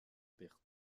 pertes